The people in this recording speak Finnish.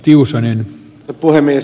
arvoisa puhemies